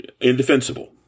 indefensible